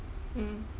mm